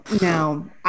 No